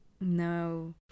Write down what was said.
No